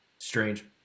strange